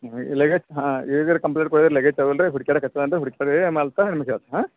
ಇಲಗ ಹಾಂ ಕಂಪ್ಲೇಂಟ್ ಕೊಡ್ರಿ ಲಗೇಜ್ ತಗ್ವಲ್ದ ಹುಡ್ಕ್ಯಾಡ ಕತ್ತಿವಿ ಹಾಂ